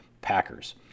packers